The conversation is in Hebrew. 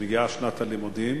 שמגיעה שנת הלימודים